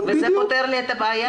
זה פותר את הבעיה?